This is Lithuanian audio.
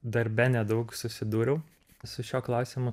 darbe nedaug susidūriau su šiuo klausimu